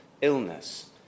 illness